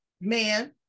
man